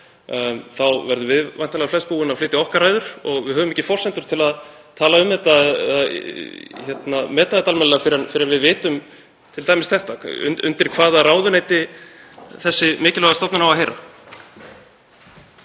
þá verðum við væntanlega flest búin að flytja okkar ræður og við höfum ekki forsendur til að meta þetta almennilega fyrr en við vitum t.d. þetta, undir hvaða ráðuneyti þessi mikilvæga stofnun á að heyra.